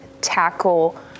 tackle